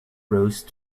rose